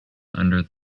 under